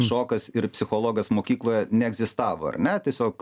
šokas ir psichologas mokykloje neegzistavo ar ne tiesiog